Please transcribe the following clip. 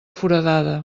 foradada